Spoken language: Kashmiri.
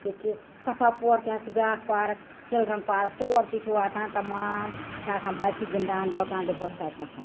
ییٚتہِ چھِ صفا پور تہِ حظ چھِ بیٛاکھ پارک چلڈرٛن پارک تور تہِ چھِ واتان تمام چھِ آسان بچہٕ چھِ گنٛدان درٛۄکان دۄہس تَتِنَس